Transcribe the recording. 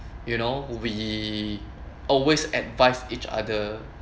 you know we always advise each other